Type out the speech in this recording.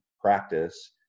practice